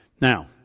Now